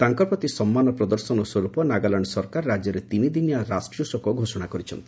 ତାଙ୍କ ପ୍ରତି ସମ୍ମାନ ପ୍ରଦର୍ଶନ ସ୍ୱରୂପ ନାଗାଲାଣ୍ଡ ସରକାର ରାଜ୍ୟରେ ତିନିଦିନିଆ ରାଷ୍ଟ୍ରୀୟ ଶୋକ ଘୋଷଣା କରିଛନ୍ତି